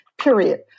Period